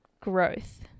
growth